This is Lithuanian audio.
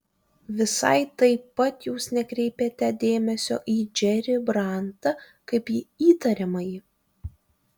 visai taip pat jūs nekreipėte dėmesio į džerį brantą kaip į įtariamąjį